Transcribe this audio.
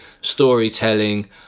storytelling